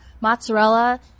mozzarella